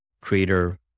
creator